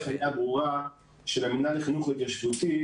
הייתה הנחייה ברורה של המנהל לחינוך התיישבותי,